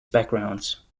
backgrounds